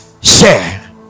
Share